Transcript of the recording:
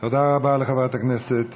תודה רבה לחברת הכנסת